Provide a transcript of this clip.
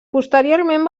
posteriorment